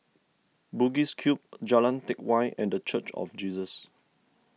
Bugis Cube Jalan Teck Whye and the Church of Jesus